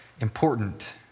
important